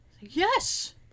Yes